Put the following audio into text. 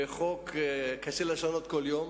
וחוק קשה לשנות כל יום.